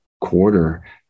quarter